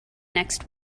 next